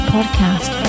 Podcast